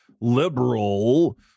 liberal